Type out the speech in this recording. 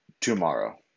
tomorrow